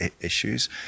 issues